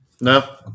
no